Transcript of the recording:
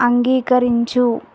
అంగీకరించు